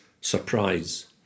surprise